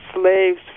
Slaves